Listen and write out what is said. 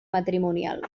matrimonial